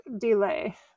delay